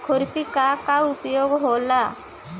खुरपी का का उपयोग होला?